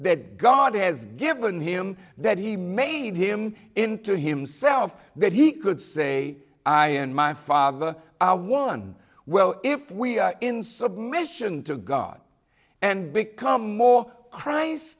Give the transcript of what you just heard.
that god has given him that he made him into himself that he could say i and my father are one well if we are in submission to god and become more chri